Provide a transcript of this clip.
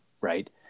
Right